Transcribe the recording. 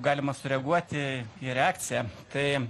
galima sureaguoti į reakciją tai